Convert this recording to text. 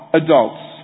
adults